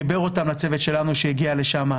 חיבר אותם לצוות שלנו שהגיע לשם,